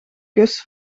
kus